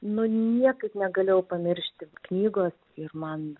nu niekaip negalėjau pamiršti knygos ir man